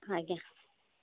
ଆଜ୍ଞା